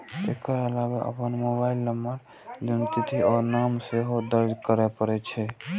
एकर अलावे अपन mobile number, जन्मतिथि आ नाम सेहो दर्ज करय पड़ै छै